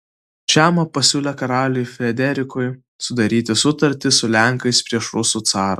žema pasiūlė karaliui frederikui sudaryti sutartį su lenkais prieš rusų carą